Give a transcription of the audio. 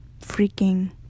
freaking